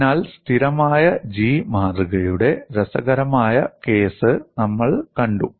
അതിനാൽ സ്ഥിരമായ ജി മാതൃകയുടെ രസകരമായ കേസ് നമ്മൾ കണ്ടു